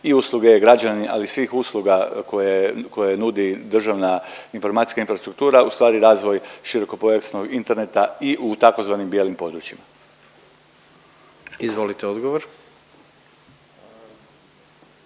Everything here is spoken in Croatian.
i usluge e-građanin, ali i svih usluga koje, koje nudi državna informacijska infrastruktura ustvari razvoj širokopojasnog interneta i u tzv. bijelim područjima. **Jandroković,